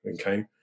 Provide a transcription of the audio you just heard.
okay